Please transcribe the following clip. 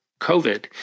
COVID